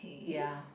ya